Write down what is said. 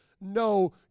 no